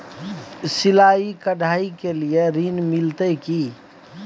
सिलाई, कढ़ाई के लिए ऋण मिलते की?